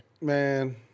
Man